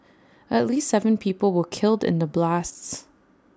at least Seven people were killed in the blasts